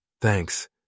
Thanks